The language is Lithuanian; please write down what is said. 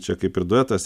čia kaip ir duetas